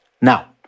Now